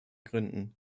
gründen